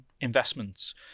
investments